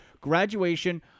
graduation